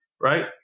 right